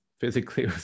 physically